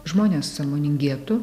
žmonės sąmoningėtų